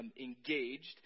engaged